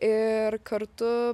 ir kartu